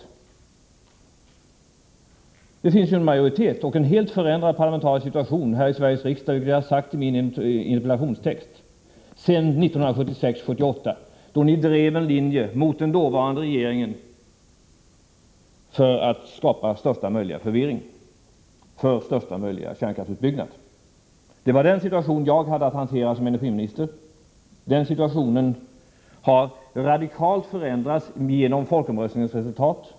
Såsom jag har anfört i min interpellation finns det en majoritet, och en helt förändrad parlamentarisk situation i Sveriges riksdag i förhållande till 1976-1978, då ni — för att skapa största möjliga förvirring — drev en linje mot den dåvarande regeringen och för största möjliga kärnkraftsutbyggnad. Det var den situationen jag hade att hantera som energiminister. Den situationen har radikalt förändrats genom folkomröstningens resultat.